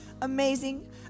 Amazing